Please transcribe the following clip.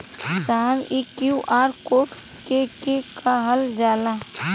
साहब इ QR code के के कहल जाला?